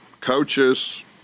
coaches